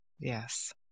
Yes